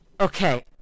okay